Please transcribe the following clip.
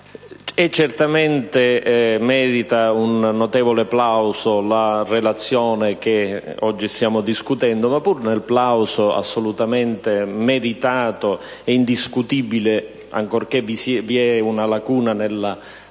certamente merita un notevole plauso la relazione che oggi stiamo discutendo, ma, pur nel plauso, assolutamente meritato e indiscutibile, ancorché vi sia una lacuna che poi